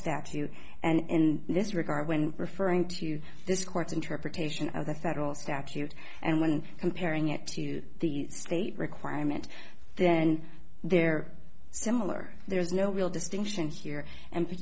statute and in this regard when referring to this court's interpretation of the federal statute and when comparing it to the state requirement then they're similar there's no real distinction here